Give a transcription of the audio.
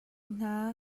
hna